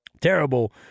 terrible